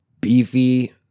beefy